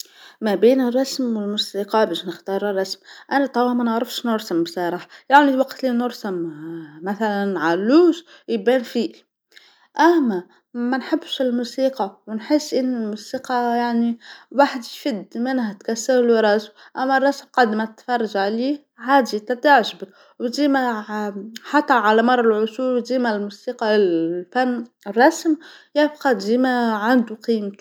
ما بين الرسم والموسيقى باش نختار الرسم، أنا توا ما نعرفش نرسم بصراحه، يعني الوقت اللي نرسم مثلا علوش يبان فيل، أما ما نحبش الموسيقى ونحس أن الموسيقى يعني الواحد يفد منها تكسرلو راسو أما الرسم قد ما تفرج عليه عادي تتعجبك وديما حتى على مر العصور وديما الموسيقى فن الرسم يبقى ديما عندو قيمتو.